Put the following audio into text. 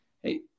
hey